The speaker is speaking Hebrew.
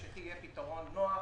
יהיה פתרון נוח,